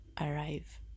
arrive